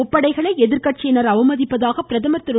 முப்படைகளை எதிர்கட்சியினர் அவமதிப்பதாக பிரதமர் திரு